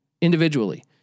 individually